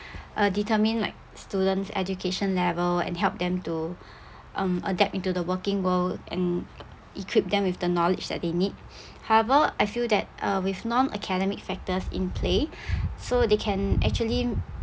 uh determine like student's education level and help them to um adapt into the working world and equip them with the knowledge that they need however I feel that uh with non-academic factors in play so they can actually